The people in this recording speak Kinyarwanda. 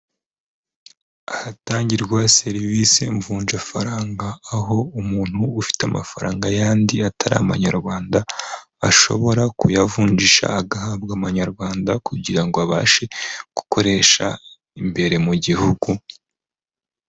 Ahatangirwa serivisi mvunjafaranga, aho umuntu ufite amafaranga yandi atari Amanyarwanda, ashobora kuyavunjisha agahabwa Amanyarwanda kugira ngo abashe gukoresha imbere mu Gihugu.